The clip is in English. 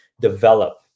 develop